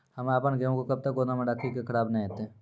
हम्मे आपन गेहूँ के कब तक गोदाम मे राखी कि खराब न हते?